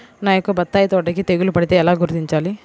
నా యొక్క బత్తాయి తోటకి తెగులు పడితే ఎలా గుర్తించాలి?